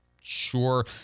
sure